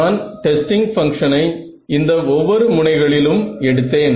நான் டெஸ்டிங் பங்ஷனை இந்த ஒவ்வொரு முனைகளிலும் எடுத்தேன்